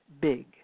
big